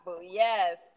Yes